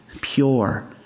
pure